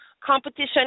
Competition